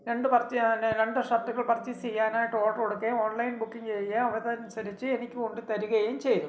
രണ്ട് ഞാന് രണ്ട് ഷർട്ടുകൾ പർച്ചേസ് ചെയ്യാനായിട്ട് ഓഡര് കൊടുക്കുകയും ഓൺലൈൻ ബുക്കിങ് ചെയ്യുകയും അതനുസരിച്ച് എനിക്ക് കൊണ്ടുത്തരികയും ചെയ്തു